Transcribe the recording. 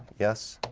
yes,